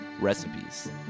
recipes